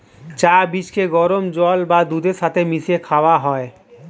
চা বীজকে গরম জল বা দুধের সাথে মিশিয়ে খাওয়া হয়